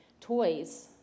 toys